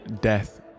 death